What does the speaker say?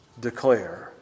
declare